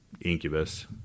incubus